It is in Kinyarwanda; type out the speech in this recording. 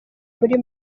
muri